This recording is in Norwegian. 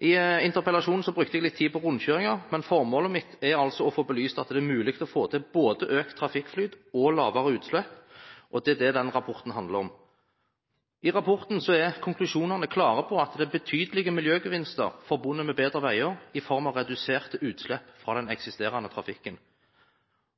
I interpellasjonen brukte jeg litt tid på rundkjøringer, men formålet mitt er altså å få belyst at det er mulig å få til både økt trafikkflyt og lavere utslipp, og det er det den rapporten handler om. I rapporten er konklusjonene klare på at det er betydelige miljøgevinster forbundet med bedre veier, i form av reduserte utslipp fra den eksisterende trafikken.